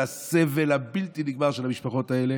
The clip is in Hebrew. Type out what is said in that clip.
על הסבל הבלתי-נגמר של המשפחות האלה.